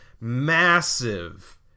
massive